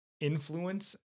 influence